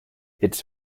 its